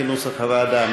כנוסח הוועדה.